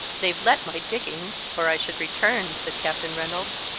they've let my diggings or i should return, said captain reynolds.